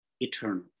eternal